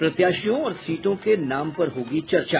प्रत्याशियों और सीटों के नाम पर होगी चर्चा